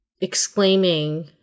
exclaiming